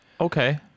Okay